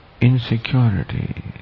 insecurity